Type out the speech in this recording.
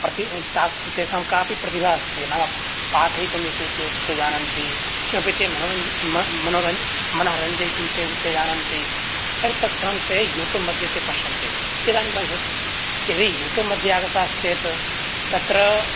प्रति तेषां काऽपि प्रतिभा अस्ति नाम पाठयितुं यदि ते ते जानन्ति किमपि ते मनः रञ्जयितुं ते ते जानन्ति तर्हि तत् सर्वं ते यूटूब् मध्ये ते पश्यन्ति इदानीं पश्यतु यदि यूटूब् मध्ये आगताश्चेत् तत्र